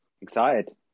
Excited